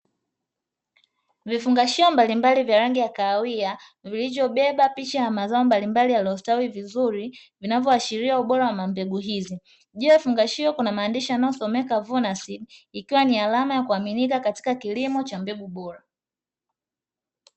Vifungashio mbalimbali vya rangi ya kahawia, vilivyobeba picha ya mazao mbalimbali yalioyostawi vizuri, vinavyoashiria ubora wa mbegu hizi. Mbele ya vifungashio kuna maandishi yanayosomeka "Vuna seed" ikiwa ni alama ya kuaminika katika kilimo cha mbegu bora.